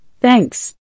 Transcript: thanks